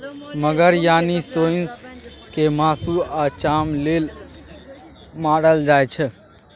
मगर यानी सोंइस केँ मासु आ चाम लेल मारल जाइ छै